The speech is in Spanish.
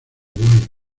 uruguay